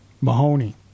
Mahoney